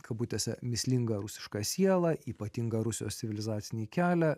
kabutėse mįslingą rusišką sielą ypatingą rusijos civilizacinį kelią